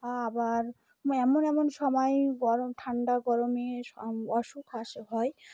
আবার এমন এমন সময় গরম ঠান্ডা গরমে অসুখ আসে হয়